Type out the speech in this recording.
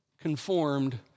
conformed